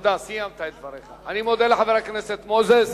חבר הכנסת מוזס,